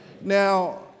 Now